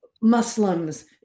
Muslims